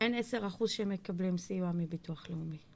אין 10% שמקבלים סיוע מביטוח לאומי.